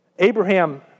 Abraham